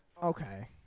Okay